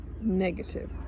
negative